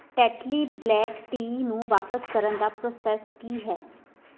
Tetley black tea ਨੂੰ ਵਾਪਸ ਕਰਨ ਦਾ ਪ੍ਰੋਸੈਸ ਕੀ ਹੈ